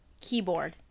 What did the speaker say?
keyboard